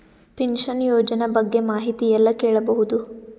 Pension ಯೋಜನ ಬಗ್ಗೆ ಮಾಹಿತಿ ಎಲ್ಲ ಕೇಳಬಹುದು?